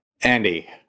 Andy